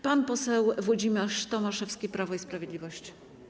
Pan poseł Włodzimierz Tomaszewski, Prawo i Sprawiedliwość.